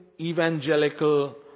evangelical